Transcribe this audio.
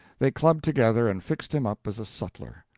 they clubbed together and fixed him up as a sutler.